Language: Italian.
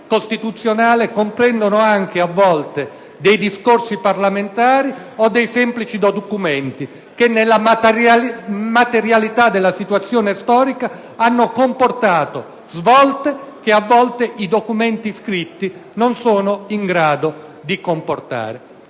costituzionale comprendono anche discorsi parlamentari o semplici documenti, che nella materialità della situazione storica hanno comportato svolte che a volte i documenti scritti non sono in grado di determinare.